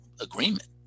agreement